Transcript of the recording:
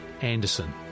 anderson